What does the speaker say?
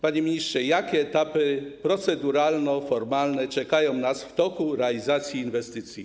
Panie ministrze, jakie etapy proceduralno-formalne czekają nas w toku realizacji inwestycji?